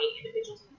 individuals